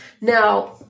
Now